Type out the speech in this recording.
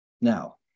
Now